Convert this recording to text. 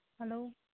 hello